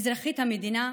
אזרחית המדינה,